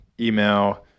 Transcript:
email